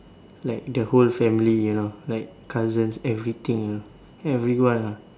like the whole family you know like cousins everything you know everyone ah